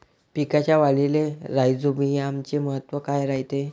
पिकाच्या वाढीले राईझोबीआमचे महत्व काय रायते?